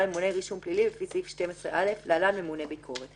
לממוני רישום פלילי לפי סעיף 12א (להלן ממונה ביקורת).